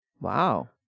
Wow